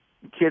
Kids